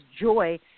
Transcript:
joy